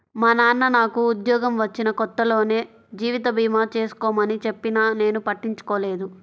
మా నాన్న నాకు ఉద్యోగం వచ్చిన కొత్తలోనే జీవిత భీమా చేసుకోమని చెప్పినా నేను పట్టించుకోలేదు